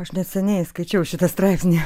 aš neseniai skaičiau šitą straipsnį